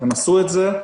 הם עשו את זה.